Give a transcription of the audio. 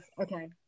okay